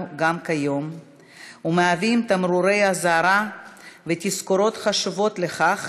גם כיום ומהווים תמרורי אזהרה ותזכורות חשובות לכך